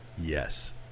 Yes